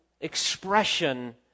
expression